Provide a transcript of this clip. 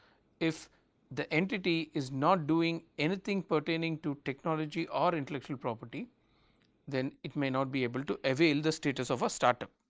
if the entity is not doing anything pertaining to technology or intellectual property then it may not be able to avail the status of a start-up.